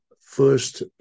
first